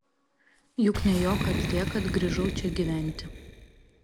juk ne jo kaltė kad grįžau čia gyventi